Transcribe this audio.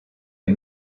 est